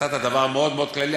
נתת דבר מאוד מאוד כללי.